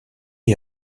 est